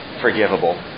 forgivable